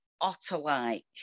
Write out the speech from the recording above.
otter-like